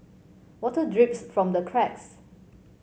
water drips from the cracks